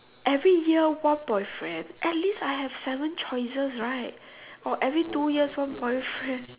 every year one boyfriend at least I have seven choices right or every two years one boyfriend